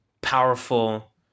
powerful